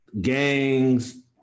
gangs